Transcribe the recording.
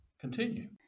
Continue